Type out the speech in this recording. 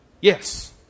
Yes